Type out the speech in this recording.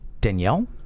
Danielle